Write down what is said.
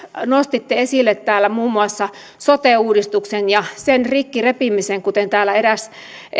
nostitte esille täällä muun muassa sote uudistuksen ja sen rikki repimisen kuten täällä eräs